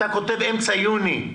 אתה כותב אמצע יוני.